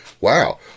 Wow